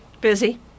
Busy